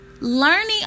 Learning